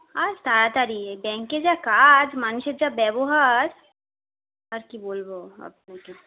আর তাড়াতাড়ি ব্যাংকে যা কাজ মানুষের যা ব্যবহার আর কি বলবো আপনাকে